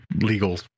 legal